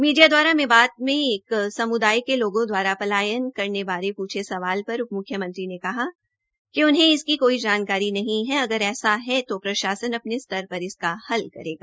media द्वारा मेवात में समुदाय के लोगों द्वारा पलायन बारे पूछे सवाल पर उप मुख्यमंत्री ने कहा कि उन्हें इसकी कोई जानकारी नहीं है अगर ऐसा है तो प्रशासन अपने स्तर पर इसका हल करेगा